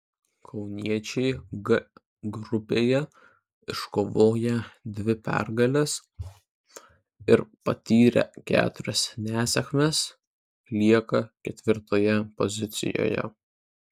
kauniečiai g grupėje iškovoję dvi pergales ir patyrę keturias nesėkmes lieka ketvirtoje pozicijoje